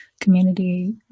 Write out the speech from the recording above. community